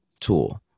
tool